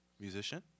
Musician